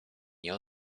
nie